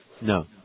No